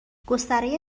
گستره